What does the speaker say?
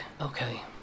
okay